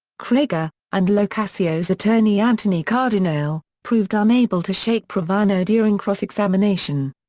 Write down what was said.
krieger, and locasio's attorney anthony cardinale, proved unable to shake gravano during cross-examination.